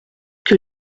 que